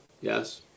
Yes